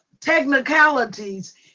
technicalities